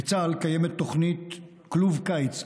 בצה"ל קיימת תוכנית כלוב קיץ,